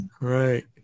Right